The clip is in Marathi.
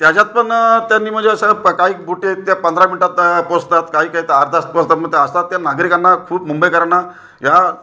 त्याच्यात पण त्यांनी म्हणजे असं प काईक बोटी आहेत त्या पंधरा मिनटात पोचतात काही काय तर अर्धा तास पोचतात मग असतात त्या नागरिकांना खूप मुंबईकरांना ह्या